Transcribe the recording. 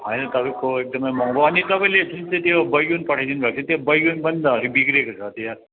होइन तपाईँको एकदमै महँगो अनि तपाईँले जुन चाहिँ त्यो बैगुन पठाइदिनु भएको थियो त्यो बैगुन पनि त अलिक बिग्रिएको छ त्यहाँ